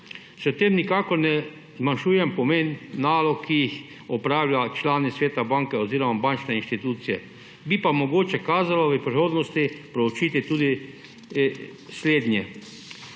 S tem nikakor ne zmanjšujem pomen nalog, ki jih opravljajo člani sveta banke oziroma bančne inštitucije, bi pa mogoče kazalo v prihodnosti proučiti tudi slednje.